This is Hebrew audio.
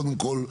קודם כל,